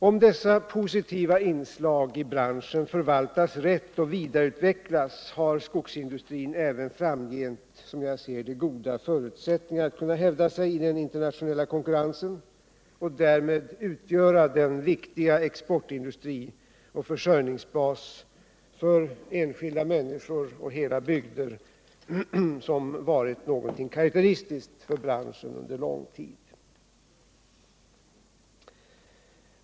Om dessa positiva inslag förvaltas rätt och vidareutvecklas, har skogsindustrin som jag ser det även framgent goda förutsättningar att kunna hävda sig i den internationella konkurrensen och därmed utgöra den viktiga exportindustri och försörjningsbas för enskilda människor och hela bygder som varit någonting karakteristiskt för branschen under lång tid.